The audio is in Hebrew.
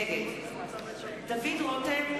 נגד דוד רותם,